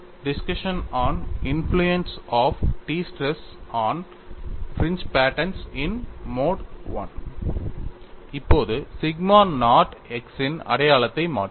discussion on influence of the stress on fringe patterns in mode I இப்போது sigma naught x ன் அடையாளத்தை மாற்றுவேன்